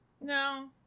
No